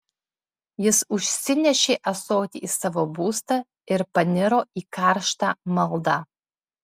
jis užsinešė ąsotį į savo būstą ir paniro į karštą maldą